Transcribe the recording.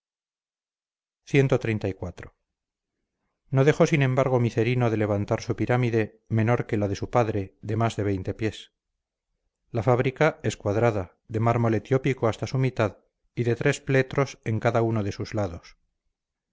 tantos días cxxxiv no dejó sin embargo micerino de levantar su pirámide menor que la de su padre de más de pies la fábrica es cuadrada de mármol etiópico hasta su mitad y de tres pletros en cada uno de sus lados